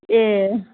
ए